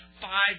five